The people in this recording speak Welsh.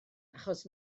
achos